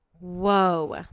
Whoa